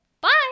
Bye